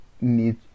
need